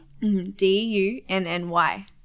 d-u-n-n-y